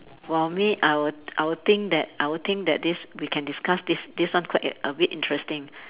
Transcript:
for me I would I would think that I would think that this we can discuss this this one quite a bit interesting